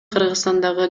кыргызстандагы